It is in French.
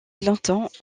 longtemps